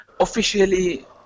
Officially